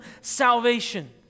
salvation